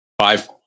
Five